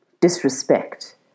disrespect